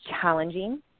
challenging